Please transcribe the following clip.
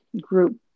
group